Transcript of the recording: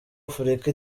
afurika